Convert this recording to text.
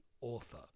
author